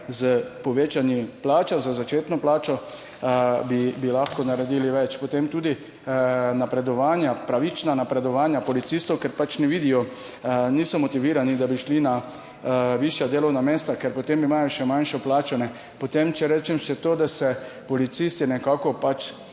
s povečanji plače za začetno plačo bi lahko naredili več. Potem tudi napredovanja, pravična napredovanja policistov, ker pač ne vidijo, niso motivirani, da bi šli na višja delovna mesta, ker potem imajo še manjšo plačo. Potem, če rečem še to, da se policisti nekako pač